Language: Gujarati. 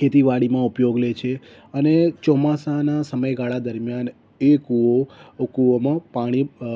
ખેતીવાડીમાં ઉપયોગ લે છે અને ચોમાસના સમયગાળા દરમિયાન એ કૂવો એ કૂવામાં પાણી અ